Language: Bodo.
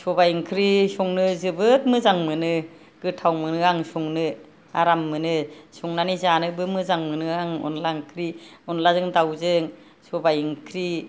सबाय ओंख्रि संनो जोबोद मोजां मोनो गोथाव मोनो आं संनो आराम मोनो संनानै जानोबो मोजां मोनो आं अनला ओंख्रि अनलाजों दावजों सबाय ओंख्रि